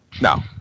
No